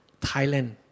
Thailand